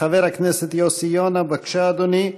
חבר הכנסת יוסי יונה, בבקשה, אדוני.